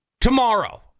tomorrow